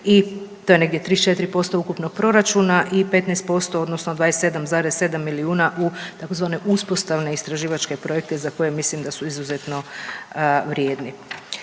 i to je negdje 34% ukupnog proračuna i 15% odnosno 27,7 milijuna u tzv. uspostavne istraživačke projekte za koje mislim da su izuzetno vrijedni.